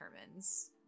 determines